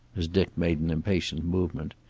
as dick made an impatient movement.